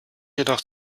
jedoch